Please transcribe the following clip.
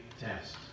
test